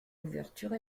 l’ouverture